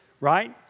right